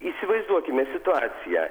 įsivaizduokime situaciją